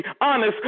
honest